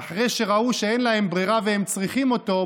ואחרי שראו שאין להם ברירה והם צריכים אותו,